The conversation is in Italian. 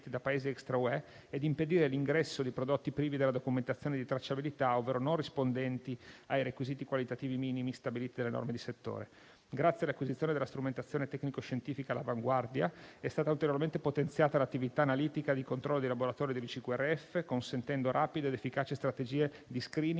da Paesi extra UE e impedire l'ingresso di prodotti privi della documentazione di tracciabilità, ovvero non rispondenti ai requisiti qualitativi minimi, stabiliti dalle norme di settore. Grazie all'acquisizione della strumentazione tecnico-scientifica all'avanguardia, è stata ulteriormente potenziata l'attività analitica di controllo di laboratorio dell'ICQRF, consentendo rapide ed efficaci strategie di *screening*